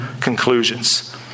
conclusions